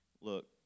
look